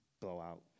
Blowout